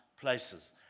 places